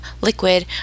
liquid